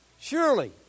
Surely